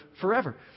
forever